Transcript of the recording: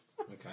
Okay